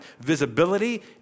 visibility